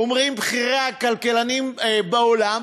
אומרים בכירי הכלכלנים בעולם.